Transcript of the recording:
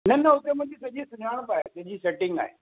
न न हुते मुंहिंजी सॼी सुञाणप आहे सॼी सेटिंग आहे